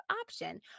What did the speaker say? option